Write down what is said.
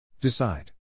Decide